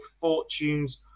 fortunes